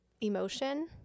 emotion